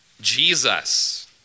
jesus